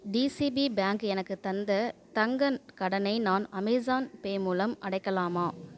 TCP bank எனக்குத் தந்த தங்க கடனை நான் அமேஸான் பே மூலம் அடைக்கலாமா